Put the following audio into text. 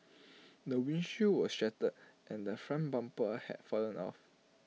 the windshield was shattered and the front bumper had fallen off